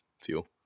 fuel